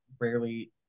rarely